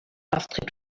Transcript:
astrid